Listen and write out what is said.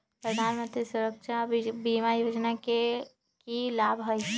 प्रधानमंत्री सुरक्षा बीमा योजना के की लाभ हई?